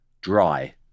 dry